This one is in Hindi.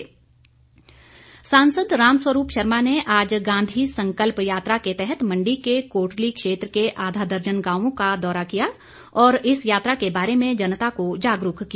रामस्वरूप सांसद रामस्वरूप शर्मा ने आज गांधी संकल्प यात्रा के तहत मण्डी के कोटली क्षेत्र के आधा दर्जन गांवों का दौरा किया और इस यात्रा के बारे में जनता को जागरूक किया